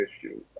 issue